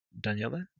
Daniela